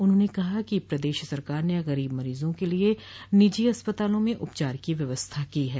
उन्होंने कहा कि प्रदेश सरकार ने गरीब मरीजों के लिये निजी अस्पतालों में उपचार की व्यवस्था की है